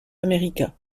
américa